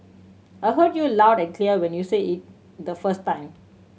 I heard you loud and clear when you said it the first time